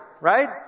right